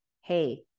hey